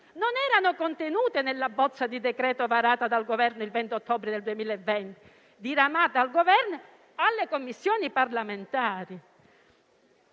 Non erano contenute nella bozza di decreto-legge varato dal Governo il 20 ottobre 2020, diramato dall'Esecutivo alle Commissioni parlamentari